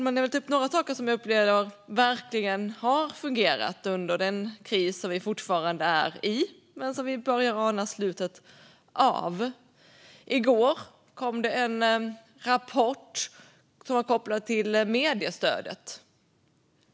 Jag vill ta upp några saker som jag upplever verkligen har fungerat under den kris som vi fortfarande är i men som vi börjar ana slutet på. I går kom det en rapport som var kopplad till mediestödet.